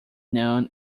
known